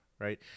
right